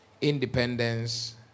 independence